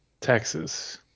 Texas